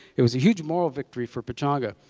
it was a huge moral victory for pechanga.